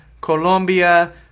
Colombia